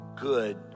good